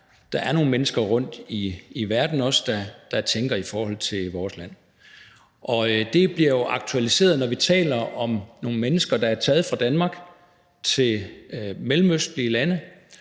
hvad nogle mennesker også rundtom i verden tænker om vores land. Det bliver jo aktualiseret, når vi taler om nogle mennesker, der er taget fra Danmark til mellemøstlige lande